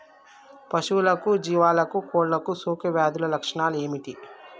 పశువులకు జీవాలకు కోళ్ళకు సోకే వ్యాధుల లక్షణాలు ఏమిటి?